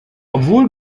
obwohl